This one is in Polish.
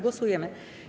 Głosujemy.